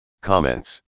Comments